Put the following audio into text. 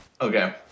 okay